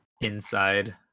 Inside